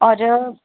ਔਰ